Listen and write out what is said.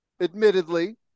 admittedly